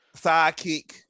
Sidekick